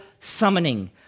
summoning